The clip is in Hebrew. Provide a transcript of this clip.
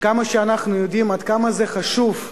ואנחנו יודעים עד כמה זה חשוב,